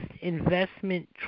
investment